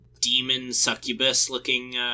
demon-succubus-looking